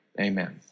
amen